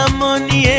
money